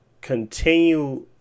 continue